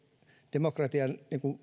demokratian